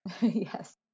yes